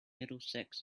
middlesex